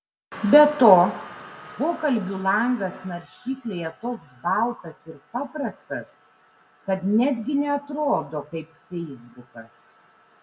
be to pokalbių langas naršyklėje toks baltas ir paprastas kad netgi neatrodo kaip feisbukas